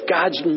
God's